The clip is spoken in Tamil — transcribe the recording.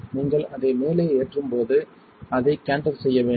நீங்கள் அதை மேலே ஏற்றும்போது அதை கேன்டர் செய்ய வேண்டும்